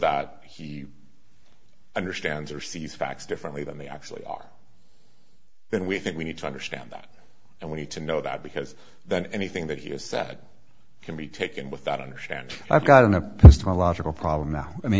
that he understands or sees facts differently than they actually are then we think we need to understand that and we need to know that because then anything that he has that can be taken without understand i've got an a list of a logical problem now i mean